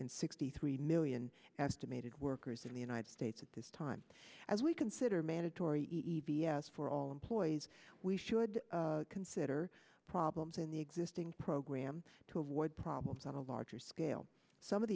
sixty three million estimated workers in the united states at this time as we consider mandatory e b s for all employees we should consider problems in the existing program to avoid problems on a larger scale some of